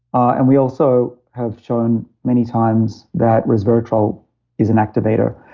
and we also have shown many times that resveratrol is an activator.